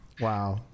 wow